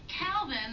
Calvin